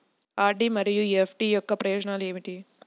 RD మరియు FD యొక్క ప్రయోజనాలు ఏమిటి?